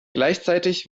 gleichzeitig